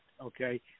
okay